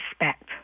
respect